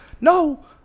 No